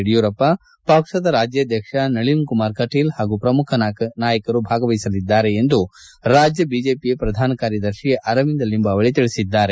ಯಡಿಯೂರಪ್ಪ ಪಕ್ಷದ ರಾಜ್ಯಾಧ್ಯಕ್ಷ ನಳೀನ್ಕುಮಾರ್ ಕಟೀಲ್ ಹಾಗೂ ಪ್ರಮುಖ ನಾಯಕರು ಭಾಗವಹಿಸಲಿದ್ದಾರೆ ಎಂದು ರಾಜ್ಯ ಬಿಜೆಪಿ ಪ್ರಧಾನ ಕಾರ್ಯದರ್ಶಿ ಅರವಿಂದ ಲಿಂಬಾವಳಿ ತಿಳಿಸಿದ್ದಾರೆ